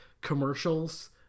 commercials